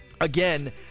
Again